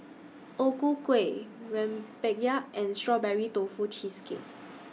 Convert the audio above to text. O Ku Kueh Rempeyek and Strawberry Tofu Cheesecake